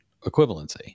equivalency